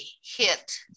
hit